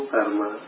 Karma